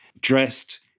dressed